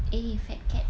eh fat cat